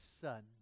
son